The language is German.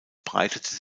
breitete